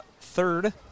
third